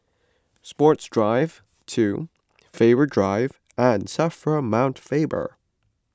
Sports Drive two Faber Drive and Safra Mount Faber